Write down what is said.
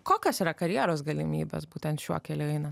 kokios yra karjeros galimybės būtent šiuo keliu eina